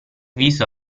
viso